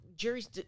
Jerry's